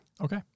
Okay